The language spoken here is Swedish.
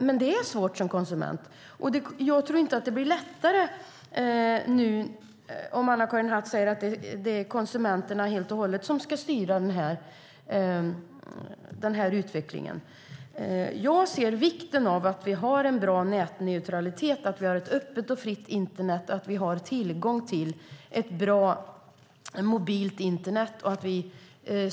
Men det är svårt som konsument, och jag tror inte att det blir lättare nu; Anna-Karin Hatt säger att det helt och hållet är konsumenterna som ska styra utvecklingen. Jag ser vikten av att vi har en bra nätneutralitet, ett öppet och fritt internet och tillgång till ett bra mobilt internet.